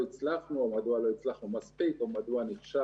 מי זה הצד